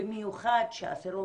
במיוחד שהאסירות,